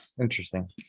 Interesting